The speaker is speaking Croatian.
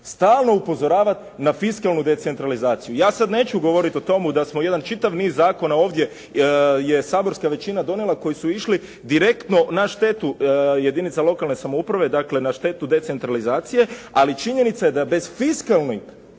stalno upozoravat na fiskalnu decentralizaciju. Ja sad neću govorit o tomu da smo jedan čitav niz zakona ovdje je saborska većina donijela koji su išli direktno na štetu jedinica lokalne samouprave dakle na štetu decentralizacije, ali činjenica je da bez fiskalne